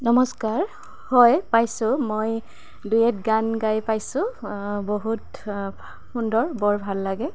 নমস্কাৰ হয় পাইছোঁ মই ডুৱেট গান গাই পাইছোঁ বহুত সুন্দৰ বৰ ভাল লাগে